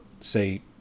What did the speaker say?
say